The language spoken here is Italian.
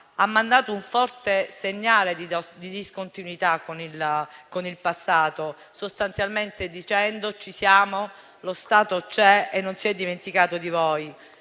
ha mandato un forte segnale di discontinuità con il passato, sostanzialmente dicendo: «Ci siamo, lo Stato c'è e non si è dimenticato di voi».